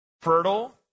fertile